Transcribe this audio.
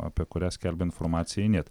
apie kurią skelbia informaciją init